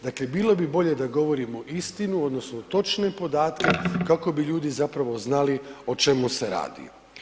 Dakle, bilo bi bolje da govorimo istinu odnosno točne podatke kako bi ljudi zapravo znali o čemu se radi.